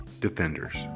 defenders